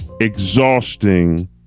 exhausting